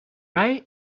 mij